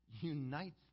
unites